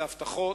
זה הבטחות,